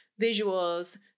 visuals